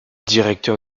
directeur